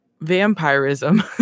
vampirism